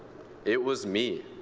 it was me.